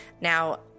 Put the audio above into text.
Now